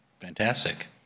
fantastic